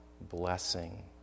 blessing